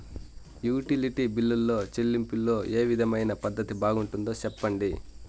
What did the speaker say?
Utility బిల్లులో చెల్లింపులో ఏ విధమైన పద్దతి బాగుంటుందో సెప్పండి?